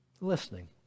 Listening